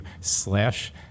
slash